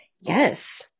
Yes